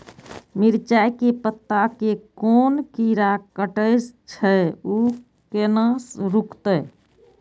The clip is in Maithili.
मिरचाय के पत्ता के कोन कीरा कटे छे ऊ केना रुकते?